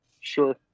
Sure